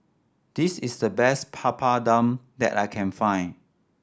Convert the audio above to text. this is the best Papadum that I can find